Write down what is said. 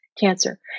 Cancer